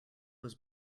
was